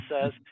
says